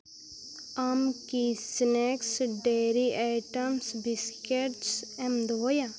ᱟᱢ ᱠᱤ snacks dairy items biscuits ᱮᱢ ᱫᱚᱦᱚᱭᱟ